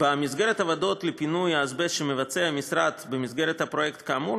במסגרת עבודות לפינוי האזבסט שהמשרד מבצע במסגרת הפרויקט כאמור,